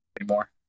anymore